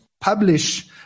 publish